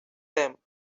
them